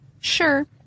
Sure